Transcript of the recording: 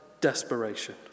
desperation